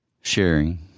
sharing